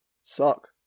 suck